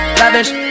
lavish